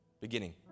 beginning